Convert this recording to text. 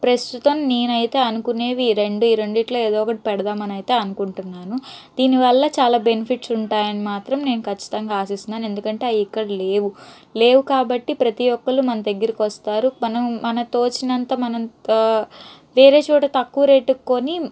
ప్రస్తుతం నేనైతే అనుకునేవి ఈ రెండే ఈ రెండిట్లో ఏదో ఒకటి పెడదామనైతే అనుకుంటున్నాను దీనివల్ల చాలా బెనిఫిట్స్ ఉంటాయని మాత్రం నేను ఖచ్చితంగా ఆశిస్తున్నాను ఎందుకంటే అవి ఇక్కడ్ లేవు లేవు కాబట్టి ప్రతి ఒక్కళ్ళు మన దగ్గరికి వస్తారు మనం మన తోచినంత మనం వేరే చోట తక్కువ రేటుక్కొని